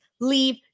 leave